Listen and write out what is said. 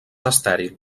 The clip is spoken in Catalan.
estèril